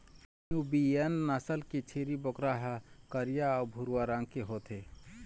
Nubian नसल के छेरी बोकरा ह करिया अउ भूरवा रंग के होथे